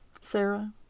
Sarah